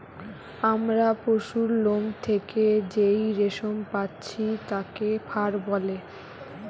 আমরা পশুর লোম থেকে যেই রেশম পাচ্ছি তাকে ফার বলে